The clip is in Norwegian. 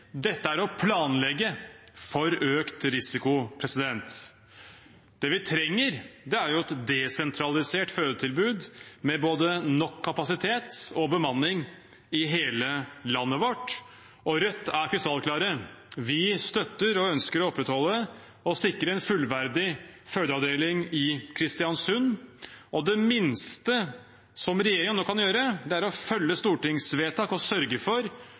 Dette er å planlegge for økt risiko. Det vi trenger, er et desentralisert fødetilbud med både nok kapasitet og bemanning i hele landet vårt. Rødt er krystallklare: Vi støtter og ønsker å opprettholde og sikre en fullverdig fødeavdeling i Kristiansund. Det minste regjeringen nå kan gjøre, er å følge Stortingets vedtak og sørge for